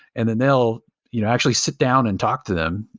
and then they'll you know actually sit down and talk to them.